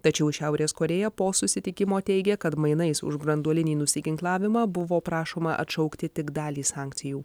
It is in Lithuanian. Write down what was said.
tačiau šiaurės korėja po susitikimo teigė kad mainais už branduolinį nusiginklavimą buvo prašoma atšaukti tik dalį sankcijų